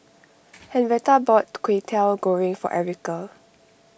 Henretta bought Kway Teow Goreng for Erica